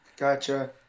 Gotcha